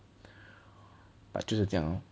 but 就是这样 lor